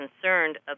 concerned